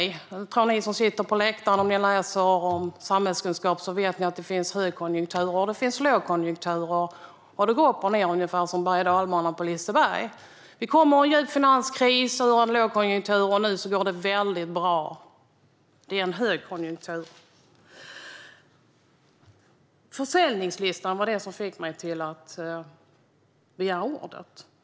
Jag tror att om ni som sitter på läktaren läser samhällskunskap vet ni att det finns högkonjunkturer och lågkonjunkturer. Det går upp och ned ungefär som bergochdalbanan på Liseberg. Vi kom ur en djup finanskris och hade lågkonjunktur, och nu går det väldigt bra. Det är en högkonjunktur. Försäljningslistan var det som fick mig att begära replik.